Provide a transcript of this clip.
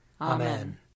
Amen